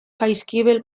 jaizkibel